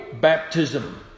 baptism